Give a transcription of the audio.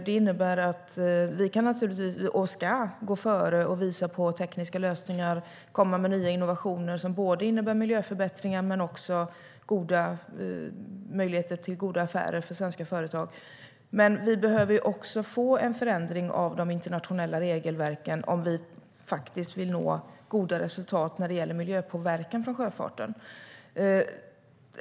Det innebär att vi kan och ska gå före och visa på tekniska lösningar och komma med nya innovationer som både innebär miljöförbättringar och möjligheter till goda affärer för svenska företag. Men vi behöver också en förändring av de internationella regelverken om vi vill nå goda resultat när det gäller miljöpåverkan från sjöfarten.